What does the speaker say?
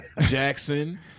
Jackson